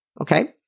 Okay